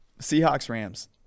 Seahawks-Rams